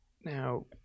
Now